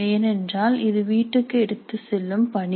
ஏனென்றால் இது வீட்டிற்கு எடுத்துச் செல்லும் பணி